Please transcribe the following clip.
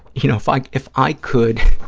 you know, if i if i could,